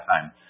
time